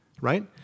Right